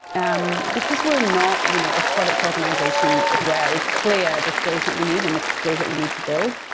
um because we're not you know a product organization where it's clear the skills that we need and the skills that we need to build,